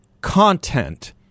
content